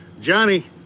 Johnny